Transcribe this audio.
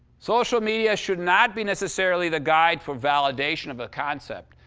social media should not be necessarily the guide for validation of a concept.